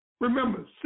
Remember